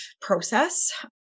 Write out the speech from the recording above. process